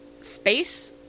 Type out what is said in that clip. space